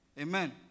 Amen